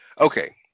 Okay